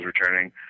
returning